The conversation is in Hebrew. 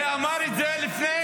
ואמר את זה לפני